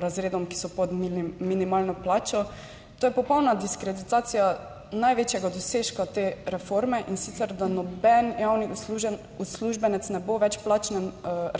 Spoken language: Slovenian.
razredom, ki so pod minimalno plačo. To je popolna diskreditacija največjega dosežka te reforme in sicer, da noben javni uslužbenec ne bo več v plačnem